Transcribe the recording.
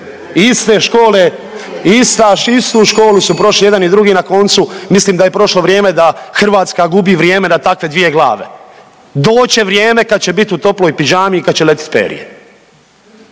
iste škole, ista, istu školu su prošli i jedan i drugi i na koncu mislim da je prošlo vrijeme da Hrvatska gubi vrijeme na takve dvije glave, doće vrijeme kad će bit u toploj pidžami i kad će letit perje,